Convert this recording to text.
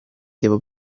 devo